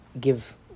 give